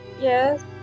yes